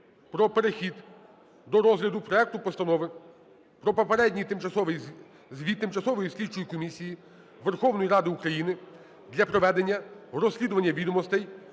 про перехід до розгляду проект Постанови про попередній звіт Тимчасової слідчої комісії Верховної Ради України для проведення розслідування відомостей